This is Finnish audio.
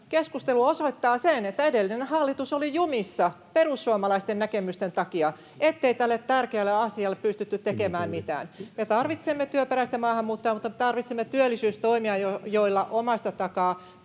keskusteluhan osoittaa sen, että edellinen hallitus oli jumissa perussuomalaisten näkemysten takia eikä tälle tärkeälle asialle pystytty tekemään mitään. Me tarvitsemme työperäistä maahanmuuttoa, mutta tarvitsemme myös työllisyystoimia, joilla omasta takaa